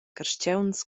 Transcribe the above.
carstgauns